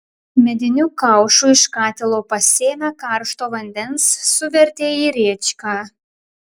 mediniu kaušu iš katilo pasėmė karšto vandens suvertė į rėčką